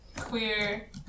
queer